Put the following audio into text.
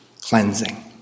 cleansing